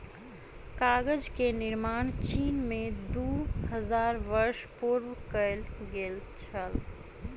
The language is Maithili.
कागज के निर्माण चीन में दू हजार वर्ष पूर्व कएल गेल छल